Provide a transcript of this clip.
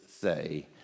say